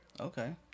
Okay